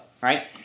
right